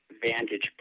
vantage